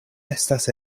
estas